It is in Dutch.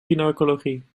gynaecologie